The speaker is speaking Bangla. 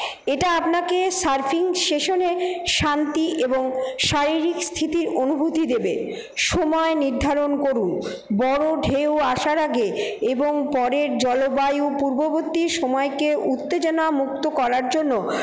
এটা আপনাকে সার্ফিং সেশনে শান্তি এবং শারীরিক স্থিতির অনুভূতি দেবে সময় নির্ধারণ করুন বড়ো ঢেউ আসার আগে এবং পরের জলবায়ু পূর্ববর্তী সময়কে উত্তেজনামুক্ত করার জন্য